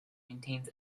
maintains